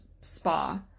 spa